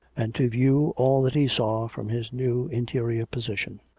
and to view all that he saw from his new interior position.